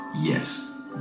Yes